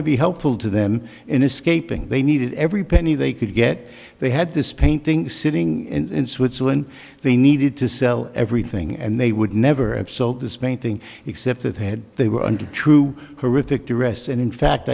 to be helpful to them in escaping they needed every penny they could get they had this painting sitting in switzerland they needed to sell everything and they would never have sold this painting except it had they were under true horrific to rest and in fact